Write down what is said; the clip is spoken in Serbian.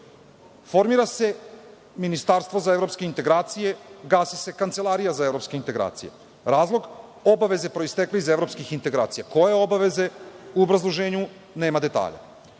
Vladi. Formira se ministarstvo za evropske integracije, gasi se Kancelarija za evropske integracije. Razlog? Obaveze proistekle iz evropskih integracija. Koje obaveze? U obrazloženju nema detalja. Formira